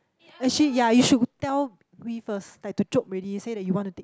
actually ya you should tell Wee first that the chop already say that you want to take